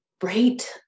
great